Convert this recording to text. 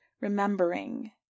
remembering